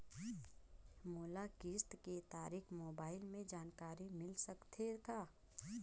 मोला किस्त के तारिक मोबाइल मे जानकारी मिल सकथे का?